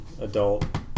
adult